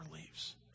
leaves